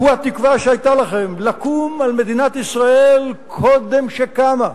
הוא התקווה שהיתה לכם לקום על מדינת ישראל קודם שקמה,